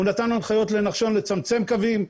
הוא נתן הנחיות לנחשון לצמצם קווים,